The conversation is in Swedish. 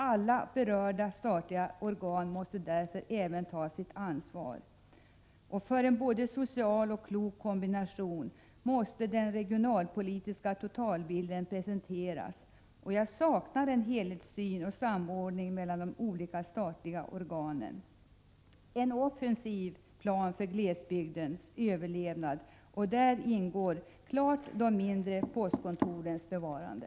Alla berörda statliga organ måste därför även ta sitt ansvar. För en både social och klok kombination måste den regionalpolitiska totalbilden presenteras. Jag saknar en helhetssyn och en samordning mellan de olika statliga organen. Det behövs en offensiv plan för glesbygdens överlevnad och där ingår klart de mindre postkontorens bevarande.